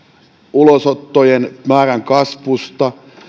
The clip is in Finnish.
ulosottojen määrän kasvusta